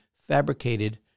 fabricated